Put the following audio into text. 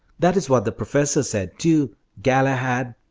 that is what the professor said, too galahad.